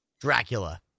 Dracula